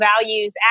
values